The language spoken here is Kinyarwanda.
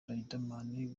riderman